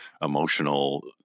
emotional